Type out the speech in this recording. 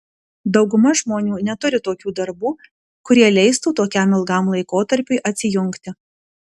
dauguma žmonių neturi tokių darbų kurie leistų tokiam ilgam laikotarpiui atsijungti